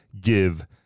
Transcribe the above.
give